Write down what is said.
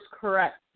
correct